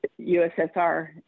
USSR